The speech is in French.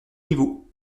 niveau